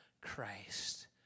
Christ